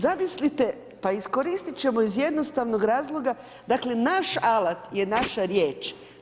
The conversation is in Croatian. Zamislite pa iskoristit ćemo iz jednostavnog razloga, dakle naš alat je naša riječ.